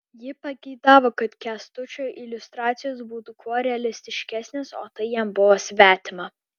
ji pageidavo kad kęstučio iliustracijos būtų kuo realistiškesnės o tai jam buvo svetima